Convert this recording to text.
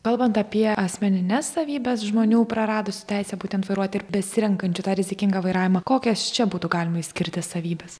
kalbant apie asmenines savybes žmonių praradus teisę būtent vairuoti ir besirenkančių tą rizikingą vairavimą kokias čia būtų galima išskirti savybes